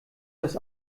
das